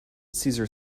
cesar